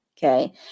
Okay